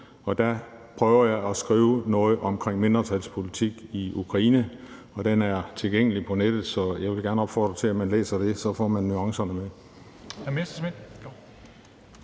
Der prøver jeg at skrive noget om mindretalspolitik i Ukraine. Artiklen er tilgængelig på nettet, så jeg vil da gerne opfordre til, at man læser den. Så får man nuancerne med.